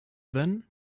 then